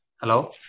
Hello